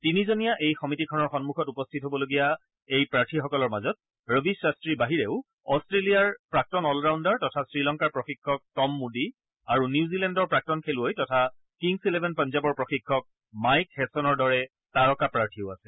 তিনিজনীয়া এই সমিতিখনৰ সমুখত উপস্থিত হবলগীয়া এই প্ৰাৰ্থীসকলৰ মাজত ৰবি শাস্ত্ৰীৰ বাহিৰেও অট্টেলিয়াৰ প্ৰাক্তন অলৰাউণ্ডাৰ তথা শ্ৰীলংকাৰ প্ৰশিক্ষক টম মুডী আৰু নিউজিলেণ্ডৰ প্ৰাক্তন খেলুৱৈ তথা কিংছ ইলেভেন পাঞ্গাবৰ প্ৰশিক্ষক মাইক হেছনৰ দৰে তাৰকা প্ৰাৰ্থীও আছে